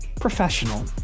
professional